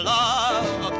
love